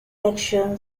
election